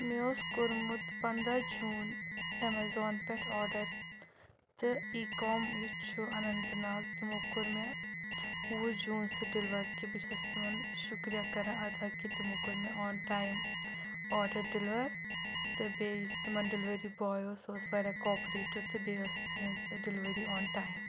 مےٚ اوس کوٚرمُت پنٛدہ جوٗن ایٚمیزان پٮ۪ٹھ آرڈر تہٕ ای کام یُس چھُ اننت ناگ تِمو کوٚر مےٚ وُہ جوٗن سُہ ڈیٚلور کہِ بہٕ چھَس تِمن شُکریہ کران ادا کہِ تِمو کوٚر مےٚ آن ٹایم آرڈر ڈیٚلور تہٕ بیٚیہِ یُس تِمن ڈیٚلؤری باے اوٗس سُہ اوٗس واریاہ کاپریٹِو تہٕ بیٚیہِ ٲسۍ تِہنٛز ڈیٚلؤری آن ٹایم